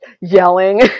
yelling